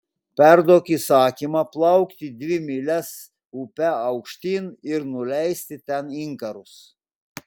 perduok įsakymą plaukti dvi mylias upe aukštyn ir nuleisti ten inkarus